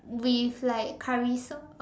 with like Curry sauce